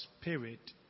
spirit